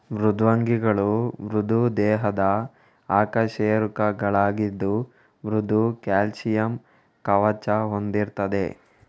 ಮೃದ್ವಂಗಿಗಳು ಮೃದು ದೇಹದ ಅಕಶೇರುಕಗಳಾಗಿದ್ದು ಮೃದು ಕ್ಯಾಲ್ಸಿಯಂ ಕವಚ ಹೊಂದಿರ್ತದೆ